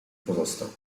pozostał